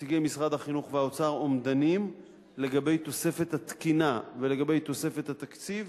נציגי משרד החינוך והאוצר אומדנים לגבי תוספת התקינה ולגבי תוספת התקציב